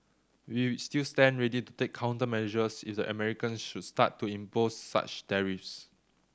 we still stand ready to take countermeasures if the Americans should start to impose such tariffs